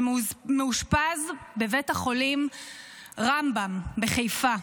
שמאושפז בבית החולים רמב"ם בחיפה.